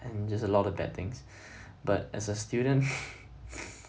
and just a lot of bad things but as a student